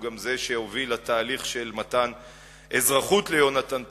הוא גם זה שהוביל לתהליך של מתן אזרחות ליהונתן פולארד.